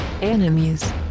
enemies